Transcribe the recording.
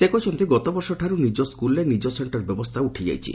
ସେ କହିଛନ୍ତି ଗତବର୍ଷଠାରୁ ନିଜ ସ୍କୁଲରେ ନିଜ ସେକ୍କର ବ୍ୟବସ୍ଥା ଉଠି ଯାଇଛି